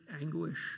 anguish